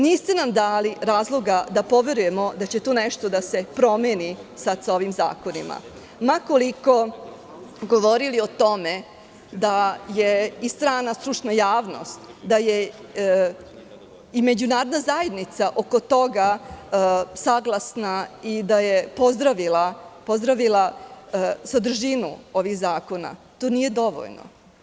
Niste nam dali razloga da poverujemo da će tu nešto da se promeni sada sa ovim zakonima, ma koliko govorili o tome i da je strana stručna javnost, da je i međunarodna zajednica oko toga saglasna i da je pozdravila sadržinu ovih zakona i to nije dovoljno.